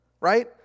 right